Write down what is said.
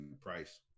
price